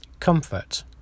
comfort